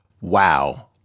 Wow